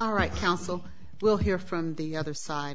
all right counsel will hear from the other side